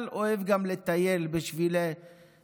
אבל הוא אוהב גם לטייל בשבילי הארץ,